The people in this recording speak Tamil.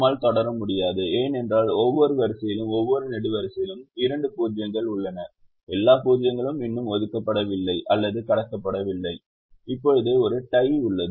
நம்மால் தொடர முடியாது ஏனென்றால் ஒவ்வொரு வரிசையிலும் ஒவ்வொரு நெடுவரிசையிலும் இரண்டு 0 கள் உள்ளன எல்லா 0 களும் இன்னும் ஒதுக்கப்படவில்லை அல்லது கடக்கப்படவில்லை இப்போது ஒரு டை உள்ளது